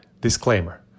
Disclaimer